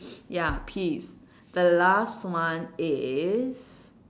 ya peace the last one is